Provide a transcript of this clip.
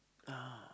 uh